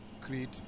creed